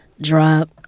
Drop